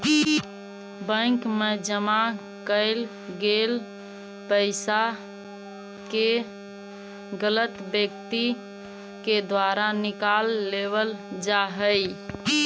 bank मैं जमा कैल गेल पइसा के गलत व्यक्ति के द्वारा निकाल लेवल जा हइ